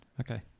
Okay